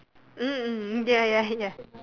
mm mm ya ya ya